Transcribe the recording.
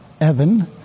Evan